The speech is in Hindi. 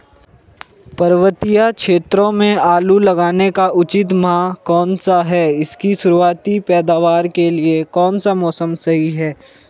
पर्वतीय क्षेत्रों में आलू लगाने का उचित माह कौन सा है इसकी शुरुआती पैदावार के लिए कौन सा मौसम सही है?